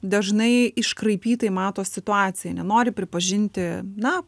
dažnai iškraipytai mato situaciją nenori pripažinti na